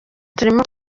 turimo